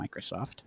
Microsoft